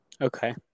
Okay